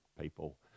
people